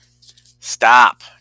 Stop